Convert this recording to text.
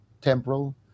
temporal